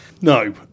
No